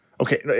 Okay